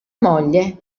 moglie